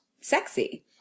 sexy